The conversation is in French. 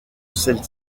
celle